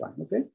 Okay